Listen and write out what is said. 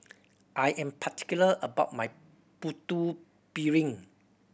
I am particular about my Putu Piring